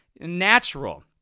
natural